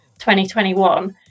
2021